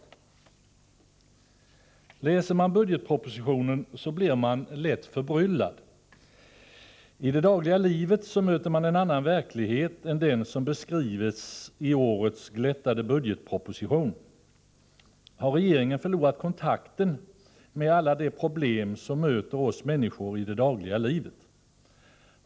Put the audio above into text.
Läser man budgetpropositionen blir man lätt förbryllad. I det dagliga livet möter man en annan verklighet än den som beskrivs i årets glättade budgetproposition. Har regeringen förlorat kontakten med alla de problem som möter oss människor i det dagliga livet?